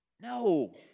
No